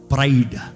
Pride